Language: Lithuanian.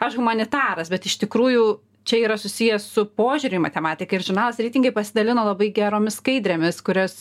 aš humanitaras bet iš tikrųjų čia yra susiję su požiūriu į matematiką ir žurnalas reitingai pasidalino labai geromis skaidrėmis kurias